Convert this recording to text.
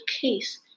case